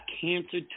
cancer